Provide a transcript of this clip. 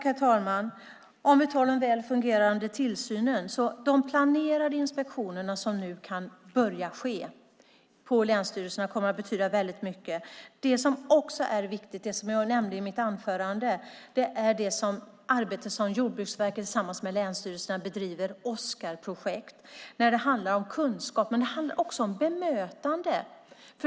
Herr talman! När det gäller den väl fungerande tillsynen kommer länsstyrelsernas planerade inspektioner som nu kan börja ske att betyda mycket. Något som också är viktigt, och som jag nämnde i mitt anförande, är det arbete som Jordbruksverket bedriver tillsammans med länsstyrelserna i Oskarprojektet. Det handlar om kunskap men också om bemötande.